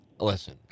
Listen